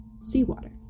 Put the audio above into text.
seawater